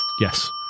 Yes